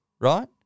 right